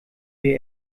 wir